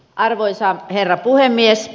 arvoisa herra puhemies